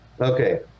Okay